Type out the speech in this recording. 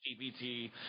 GPT